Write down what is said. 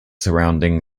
surrounding